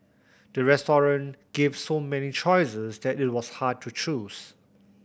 the restaurant gave so many choices that it was hard to choose